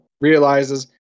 realizes